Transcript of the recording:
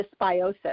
dysbiosis